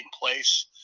place